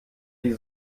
die